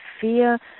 fear